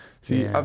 See